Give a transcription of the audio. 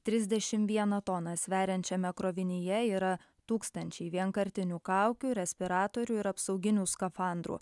trisdešimt vieną toną sveriančiame krovinyje yra tūkstančiai vienkartinių kaukių respiratorių ir apsauginių skafandrų